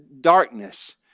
darkness